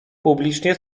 publicznie